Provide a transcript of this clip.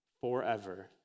forever